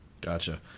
Gotcha